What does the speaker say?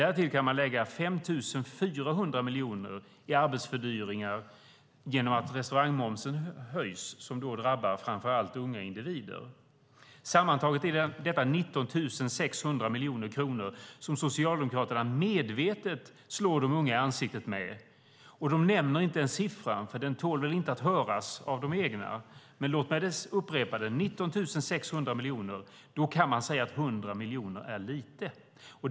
Därtill kan man lägga 5 400 miljoner i arbetsfördyringar genom att restaurangmomsen höjs, vilket drabbar framför allt unga individer. Sammantaget är detta 19 600 miljoner kronor, som Socialdemokraterna medvetet slår de unga i ansiktet med. De nämner inte ens siffran, för den tål väl inte att höras av de egna. Låt mig upprepa den: 19 600 miljoner. Då kan man säga att 100 miljoner är lite.